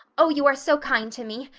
oh, you are so kind to me.